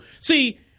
See